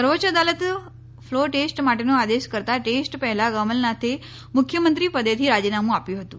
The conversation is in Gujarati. સર્વોચ્ય અદાલતે ફલો ટેસ્ટ માટેનો આદેશ કરતાં ટેસ્ટ પહેલા કમલનાથે મુખ્યમંત્રી પદેથી રાજીનામું આપ્યુ હતું